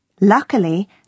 Luckily